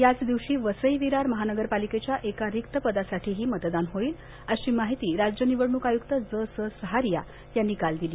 याच दिवशी बसई विरार महानगर पालिकेच्या एका रिक्त पदासाठीही मतदान होईल अशी माहिती राज्य निवडणूक आयुक्त ज स सहारिया यांनी काल दिली